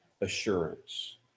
assurance